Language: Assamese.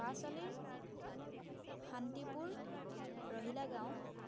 পাঁচআলিৰ শান্তিপুৰ ৰহিলা গাঁও